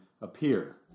appear